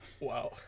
Wow